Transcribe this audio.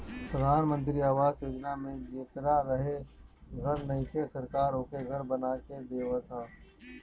प्रधान मंत्री आवास योजना में जेकरा रहे के घर नइखे सरकार ओके घर बना के देवत ह